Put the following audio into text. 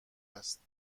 است